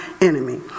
enemy